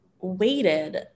waited